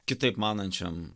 kitaip manančiam